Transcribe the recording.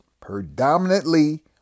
predominantly